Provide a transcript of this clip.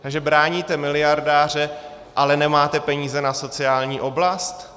Takže bráníte miliardáře, ale nemáte peníze na sociální oblast?